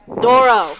Doro